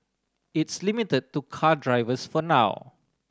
it's limit to car drivers for now